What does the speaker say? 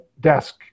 desk